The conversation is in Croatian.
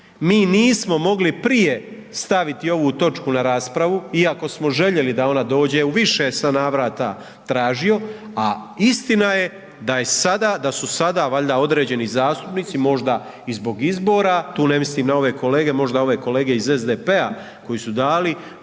Mi nismo mogli prije staviti ovu točku na raspravu iako smo željeli da ona dođe u više sam navrata tražio, a istina je da se je sada, da su sada valjda određeni zastupnici, možda i zbog izbora, tu ne mislim na ove kolege, možda ove kolege iz SDP-a koji su dali